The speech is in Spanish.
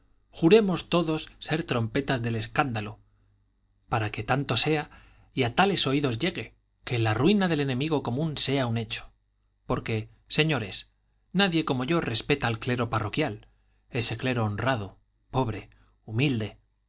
juremos todos ser trompetas del escándalo para que tanto sea y a tales oídos llegue que la ruina del enemigo común sea un hecho porque señores nadie como yo respeta al clero parroquial ese clero honrado pobre humilde